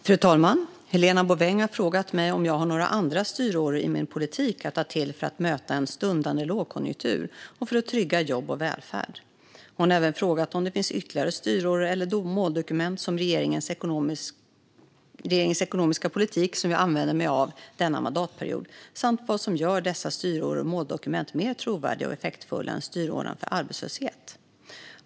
Fru talman! Helena Bouveng har frågat mig om jag har några andra styråror i min politik att ta till för att möta en stundande lågkonjunktur och för att trygga jobb och välfärd. Hon har även frågat om det finns ytterligare styråror eller måldokument för regeringens ekonomiska politik som jag använder mig av denna mandatperiod samt vad som gör dessa styråror och måldokument mer trovärdiga och effektfulla än styråran för arbetslöshet.